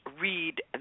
read